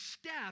step